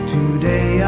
Today